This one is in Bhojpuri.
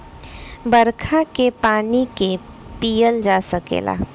बरखा के पानी के पिअल जा सकेला